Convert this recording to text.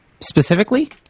specifically